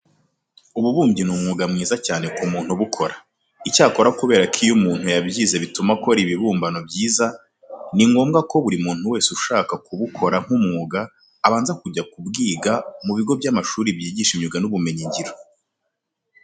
Ububumbyi ni umwuga mwiza cyane ku muntu ubukora. Icyakora kubera ko iyo umuntu yabwize bituma akora ibibumbano byiza, ni ngombwa ko buri muntu wese ushaka kubukora nk'umwuga abanza kujya kubwiga mu bigo by'amashuri byigisha imyuga n'ubumenyingiro.